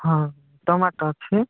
ହଁ ଟମାଟୋ ଅଛି